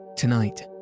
Tonight